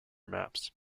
maps